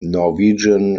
norwegian